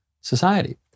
society